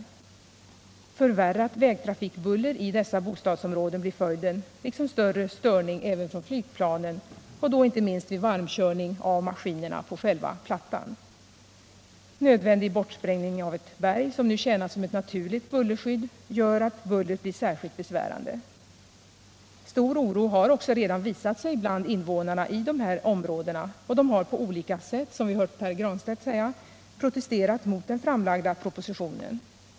Nr 53 Förvärrat vägtrafikbuller i dessa bostadsområden blir följden, liksom stör Torsdagen den re störning även från flygplatsen, inte minst vid varmkörning av ma 15 december 1977 skinerna på själva plattan. Nödvändig bortsprängning av ett berg, som nu tjänat som ett naturligt bullerskydd, gör att bullret blir särskilt be — Flygplatsfrågan i svärande. Stor oro har också redan visat sig bland invånarna i de här = Stockholmsregioområdena, och de har på olika sätt, som vi hört Pär Granstedt säga, Men protesterat mot den framlagda propositionen.